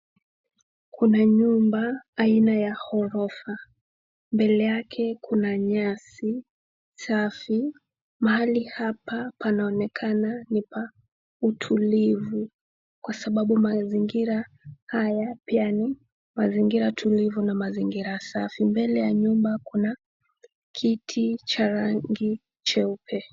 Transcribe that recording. Kuna nyumba aina ya ghorofa. Mbele yake kuna nyasi safi. Mahali hapa panaonekana ni pa utulivu kwa sababu mazingira haya pia ni mazingira tulivu na mazingira safi. Mbele ya nyumba kuna kiti cha rangi jeupe.